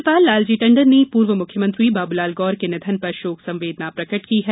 राज्यपाल लालजी टंडन ने पूर्व मुख्यमंत्री बाबूलाल गौर के निधन पर शोक संवेदना प्रकट की है